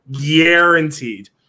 Guaranteed